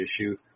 issue